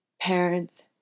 parents